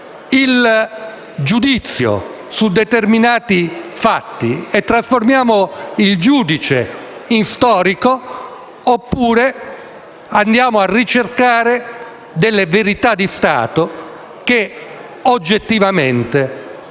il giudizio su determinati fatti, trasformando il giudice in storico; oppure andiamo a ricercare delle verità di Stato che oggettivamente fanno